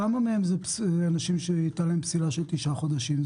כמה מהם הם אנשים שהיתה להם פסילה של תשעה חודשים?